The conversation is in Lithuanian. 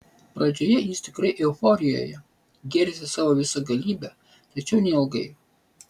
pradžioje jis tikrai euforijoje gėrisi savo visagalybe tačiau neilgai